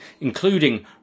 including